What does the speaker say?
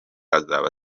azaba